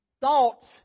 Thoughts